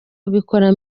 wabikora